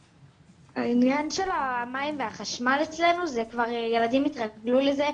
העניין של המים והחשמל אצלנו זה כבר ילדים התרגלו לזה,